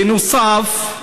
בנוסף,